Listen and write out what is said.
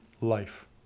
life